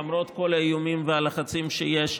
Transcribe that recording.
למרות כל האיומים והלחצים שיש.